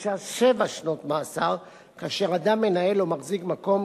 שעונשה שבע שנות מאסר כאשר אדם מנהל או מחזיק מקום,